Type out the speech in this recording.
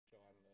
John